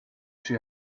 she